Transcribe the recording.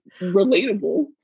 relatable